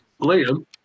Liam